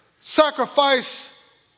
sacrifice